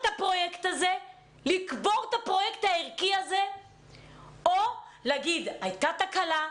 הפרויקט הערכי הזה או להגיד הייתה תקלה,